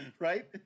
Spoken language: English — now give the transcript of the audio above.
Right